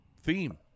theme